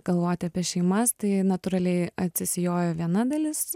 galvoti apie šeimas tai natūraliai atsisijojo viena dalis